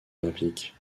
olympique